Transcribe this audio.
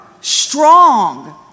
strong